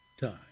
time